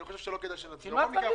אני חושב שלא כדאי שנצביע עליו.